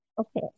Okay